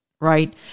right